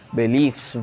beliefs